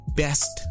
best